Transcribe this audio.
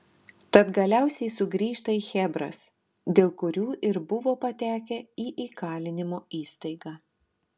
tad galiausiai sugrįžta į chebras dėl kurių ir buvo patekę į įkalinimo įstaigą